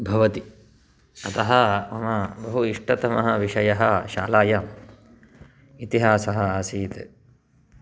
भवति अतः मम बहु इष्टतमः विषयः शालायाम् इतिहासः आसीत्